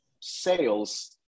sales